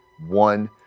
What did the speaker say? one